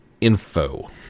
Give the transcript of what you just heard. info